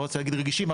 לא רוצה להגיד רגישים,